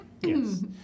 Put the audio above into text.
Yes